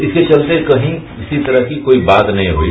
इसके चलते कही किसी तरह की बात नहीं हुई